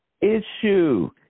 issue